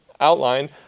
outline